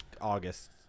August